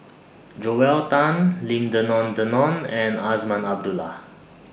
Joel Tan Lim Denan Denon and Azman Abdullah